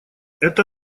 это